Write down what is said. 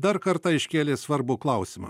dar kartą iškėlė svarbų klausimą